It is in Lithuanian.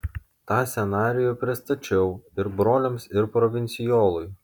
tą scenarijų pristačiau ir broliams ir provincijolui